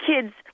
kids